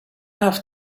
have